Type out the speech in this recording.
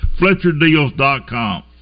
FletcherDeals.com